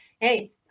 hey